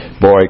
boy